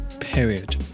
period